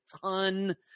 ton